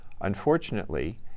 Unfortunately